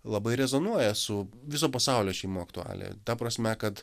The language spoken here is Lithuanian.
labai rezonuoja su viso pasaulio šeimų aktualija ta prasme kad